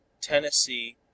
Tennessee